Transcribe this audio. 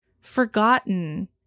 forgotten